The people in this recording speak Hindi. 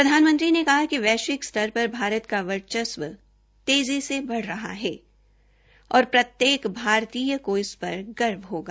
प्रधानमंत्री ने कहा कि वैश्विक स्तर पर भारत का वर्चस्व तेज़ी से बढ़ रहा है और प्रत्येक भारतीय को इस पर गर्व होगा